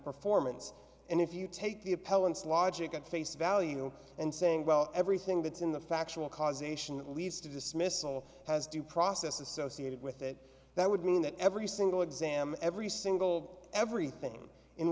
performance and if you take the appellant's logic at face value and saying well everything that's in the factual causation that leads to dismissal has due process associated with it that would mean that every single exam every single everything in